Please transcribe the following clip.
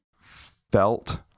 felt